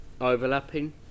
overlapping